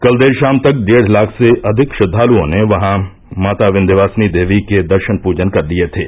कल देर शाम तक डेढ़ लाख से अधिक श्रद्वालुओं ने वहां माता विन्ध्यावासिनी देवी के दर्शन पूजन कर लिए थे